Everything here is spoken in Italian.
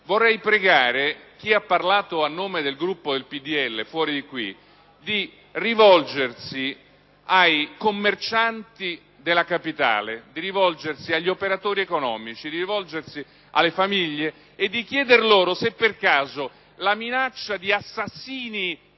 vorrei pregare chi ha parlato a nome del Gruppo del PdL fuori di qui di rivolgersi ai commercianti della Capitale, agli operatori economici, alle famiglie, e di chieder loro se per caso la minaccia di assassinii...